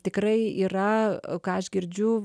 tikrai yra ką aš girdžiu